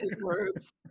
words